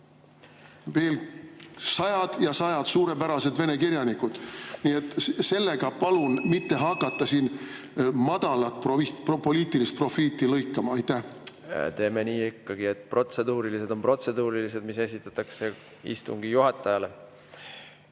veel sajad ja sajad suurepärased vene kirjanikud. Sellega palun mitte hakata siin madalat propoliitilist profiiti lõikama. Teeme nii ikkagi, et protseduurilised küsimused on protseduurilised, mis esitatakse istungi juhatajale.